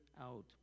out